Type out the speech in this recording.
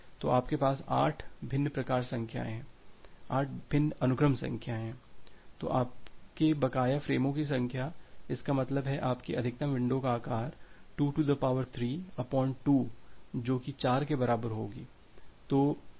तो आपके पास 8 भिन्न अनुक्रम संख्याएं हैं तो आपके बकाया फ़्रेमों की संख्या इसका मतलब है आपकी अधिकतम विंडो का आकार 23 2 जो की 4 के बराबर होगा